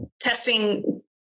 testing